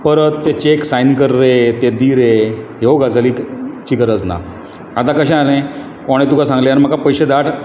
परत ते check sign कर रे ते दी रे ह्यो गजालींची गरज ना आतां कशें जालें कोणें तुका सांगलें म्हाका पयशे धाड